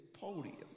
podium